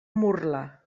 murla